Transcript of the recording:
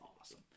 awesome